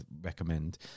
recommend